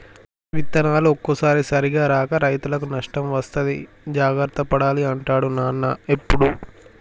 విత్తనాలు ఒక్కోసారి సరిగా రాక రైతుకు నష్టం వస్తది జాగ్రత్త పడాలి అంటాడు నాన్న ఎప్పుడు